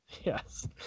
Yes